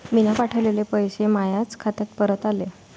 मीन पावठवलेले पैसे मायाच खात्यात परत आले